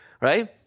Right